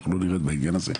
לא נרד מהעניין הזה.